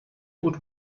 would